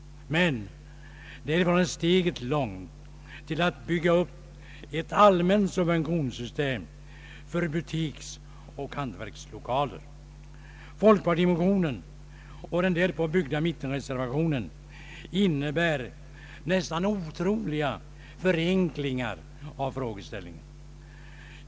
Men därifrån är steget långt till att bygga upp ett allmänt subventions system för butiksoch hantverkslokaler. Folkpartimotionen och den därpå byggda mittenreservationen innebär nästan otroliga förenklingar av frågeställningen.